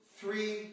three